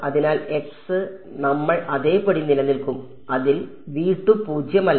അതിനാൽ നമ്മൾ അതേപടി നിലനിൽക്കും അതിൽ പൂജ്യമല്ല